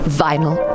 vinyl